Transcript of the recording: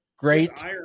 great